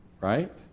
right